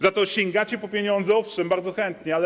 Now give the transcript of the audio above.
Za to sięgacie po pieniądze, owszem, bardzo chętnie, ale.